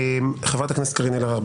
חברת הכנסת קארין אלהרר,